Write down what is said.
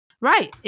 Right